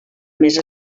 més